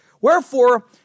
Wherefore